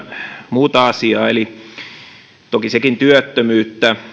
muuta asiaa toki sekin työttömyyttä